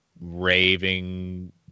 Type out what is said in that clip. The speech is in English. raving